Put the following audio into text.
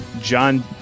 John